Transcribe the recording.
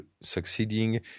succeeding